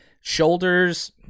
Shoulders